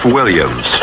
Williams